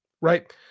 right